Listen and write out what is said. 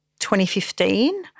2015